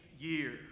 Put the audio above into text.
year